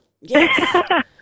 Yes